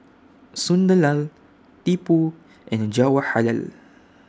Sunderlal Tipu and Jawaharlal